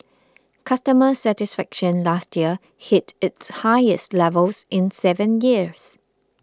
customer satisfaction last year hit its highest levels in seven years